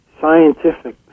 scientific